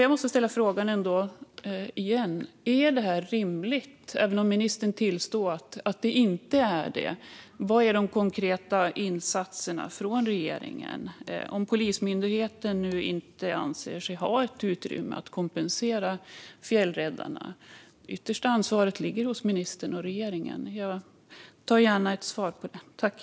Jag måste ändå ställa frågan igen: Ministern tillstår att detta inte är rimligt, men vilka är de konkreta insatserna från regeringen om Polismyndigheten nu inte anser sig ha utrymme att kompensera fjällräddarna? Det yttersta ansvaret ligger hos ministern och regeringen. Jag tar gärna emot ett svar på den frågan.